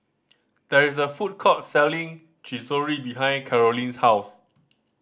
there is a food court selling Chorizo behind Carolyn's house